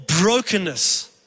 brokenness